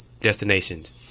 destinations